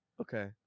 Okay